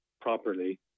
properly